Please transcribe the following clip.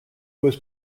was